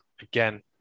again